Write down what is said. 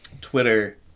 Twitter